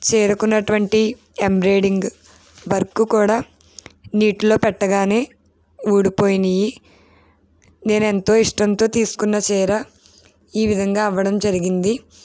చేరుకున్నటువంటి embroidering work కూడా నీటిలో పెట్టగానే ఊడిపోయినాయి నేను ఎంతో ఇష్టంతో తీసుకున్న చీర ఈ విధంగా అవ్వడం జరిగింది